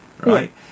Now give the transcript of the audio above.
right